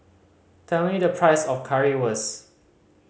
tell me the price of Currywurst